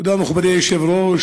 תודה, מכובדי היושב-ראש.